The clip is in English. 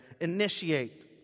Initiate